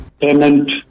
payment